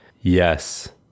yes